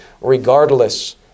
regardless